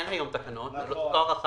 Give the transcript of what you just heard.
זאת הוראה